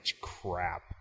crap